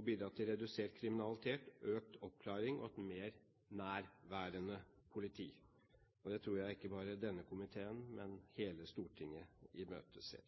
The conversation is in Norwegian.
å bidra til redusert kriminalitet, økt oppklaring og et mer nærværende politi. Det tror jeg ikke bare denne komiteen, men hele Stortinget